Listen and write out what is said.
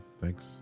thanks